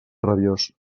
rabiós